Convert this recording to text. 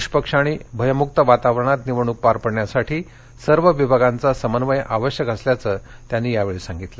निष्पक्ष आणि भयमुक्त वातावरणात निवडणूक पार पाडण्यासाठी सर्व विभागांचा समन्वय आवश्यक असल्याचं त्यांनी यावळी सांगितलं